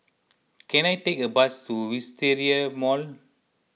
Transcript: can I take a bus to Wisteria Mall